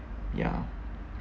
ya